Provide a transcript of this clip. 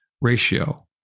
ratio